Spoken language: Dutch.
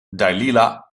dailila